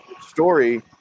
story